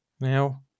now